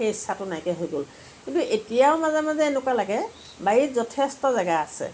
সেই ইচ্ছাটো নাইকীয়া হৈ গ'ল কিন্তু এতিয়াও মাজে মাজে এনেকুৱা লাগে বাৰীত যথেষ্ট জেগা আছে